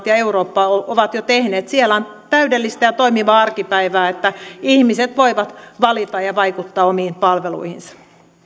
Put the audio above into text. ja eurooppa ovat jo tehneet siellä on täydellistä ja toimivaa arkipäivää että ihmiset voivat valita ja vaikuttaa omiin palveluihinsa